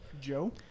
Joe